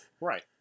right